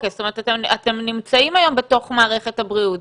זאת אומרת אתם נמצאים היום בתוך מערכת הבריאות,